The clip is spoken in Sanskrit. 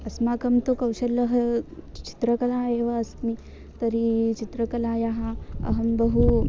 अस्माकं तु कौशल्यं चित्रकला एव अस्मि तर्हि चित्रकलायाः अहं बहु